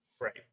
Right